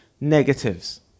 negatives